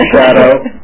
Shadow